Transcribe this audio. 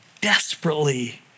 desperately